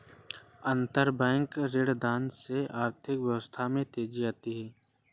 अंतरबैंक ऋणदान से अर्थव्यवस्था में तेजी आती है